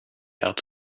out